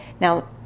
now